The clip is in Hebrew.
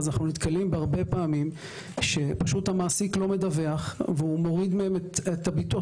פעמים רבות המעסיק לא מדווח ומוריד מהם את הביטוח.